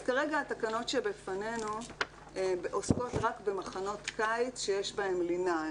אז כרגע התקנות שלפנינו עוסקות רק במחנות קיץ שיש בהם לינה.